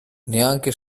neanche